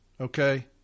Okay